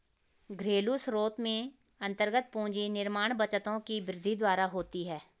घरेलू स्रोत में अन्तर्गत पूंजी निर्माण बचतों की वृद्धि द्वारा होती है